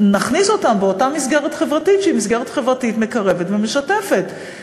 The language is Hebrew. נכניס אותם לאותה מסגרת חברתית שהיא מסגרת חברתית מקרבת ומשתפת.